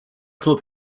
club